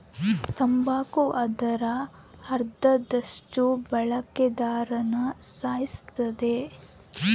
ತಂಬಾಕು ಅದರ ಅರ್ಧದಷ್ಟು ಬಳಕೆದಾರ್ರುನ ಸಾಯಿಸುತ್ತದೆ